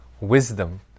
wisdom